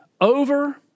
over